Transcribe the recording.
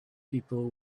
people